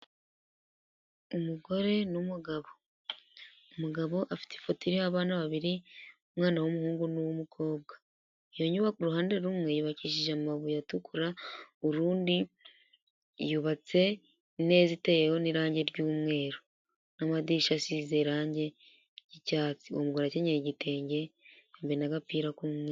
Umugore n'umugabo, umugabo afite ifoto iriho abana babiri, umwana w'umuhungu n'uw'umukobwa, iyo nyubako uruhande rumwe yubakishije amabuye atukura, urundi yubatse ineza iteyeho n'irangi ry'umweru n'amadirisha asize irangi ry'icyatsi, uwo mugore akenyeye igitenge yambaye n'agapira k'umweru.